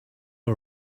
all